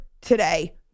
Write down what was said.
today